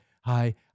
hi